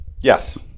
yes